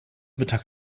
mittag